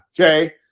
okay